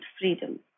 freedom